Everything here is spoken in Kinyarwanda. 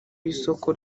y’isoko